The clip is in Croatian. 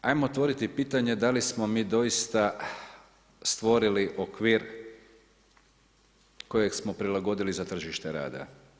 Hajmo otvoriti pitanje da li smo mi doista stvorili okvir kojeg smo prilagodili za tržište rada?